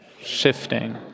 shifting